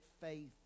faith